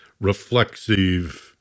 reflexive